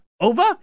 over